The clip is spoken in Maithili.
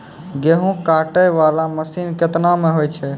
गेहूँ काटै वाला मसीन केतना मे होय छै?